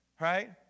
right